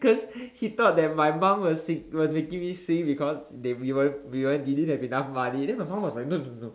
cause he thought that my mom was sing was making me sing because that we weren't we weren't we didn't have enough money then my mom was like no no no